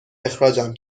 اخراجم